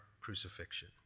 crucifixion